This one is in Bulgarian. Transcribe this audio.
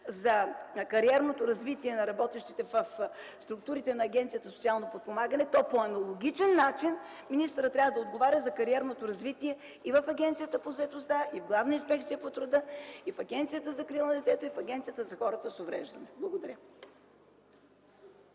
за кариерното развитие на работещите в структурите на Агенцията за социално подпомагане, то по аналогичен начин той трябва да отговаря за кариерното развитие и в Агенцията по заетостта, и в Главна инспекция по труда, и в Агенцията за закрила на детето, и в Агенцията за хората с увреждания. Благодаря.